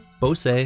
Bose